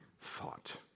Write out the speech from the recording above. thought